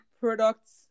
products